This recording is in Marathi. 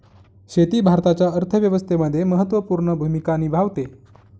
शेती भारताच्या अर्थव्यवस्थेमध्ये महत्त्वपूर्ण भूमिका निभावते